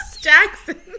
Jackson